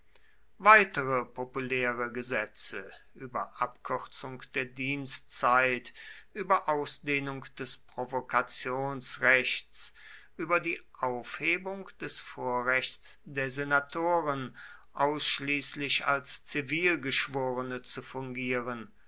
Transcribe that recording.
weitere populäre gesetze über abkürzung der dienstzeit über ausdehnung des provokationsrechts über die aufhebung des vorrechts der senatoren ausschließlich als zivilgeschworene zu fungieren